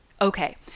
Okay